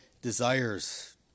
desires